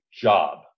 job